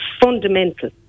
fundamental